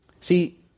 See